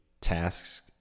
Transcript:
tasks